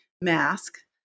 mask